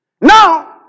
Now